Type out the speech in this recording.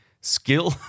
skill